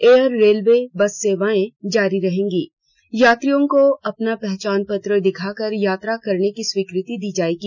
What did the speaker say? air railway bus सेवाएं जारी रहेंगी यात्रियों को अपना पहचान पत्र दिखाकर यात्रा करेने की स्वीकृति दी जायेगी